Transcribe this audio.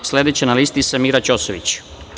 Sledeća na listi Samira Ćosović.